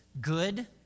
good